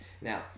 Now